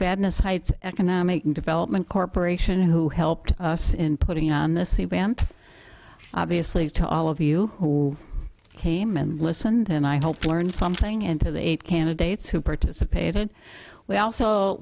badness heights economic development corporation who helped us in putting on this event obviously to all of you who came and listened and i hope to learn something into the eight candidates who participated we also